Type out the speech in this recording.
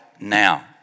now